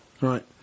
Right